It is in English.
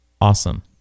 Awesome